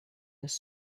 this